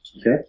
Okay